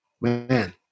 man